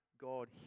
God